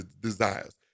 desires